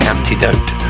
Antidote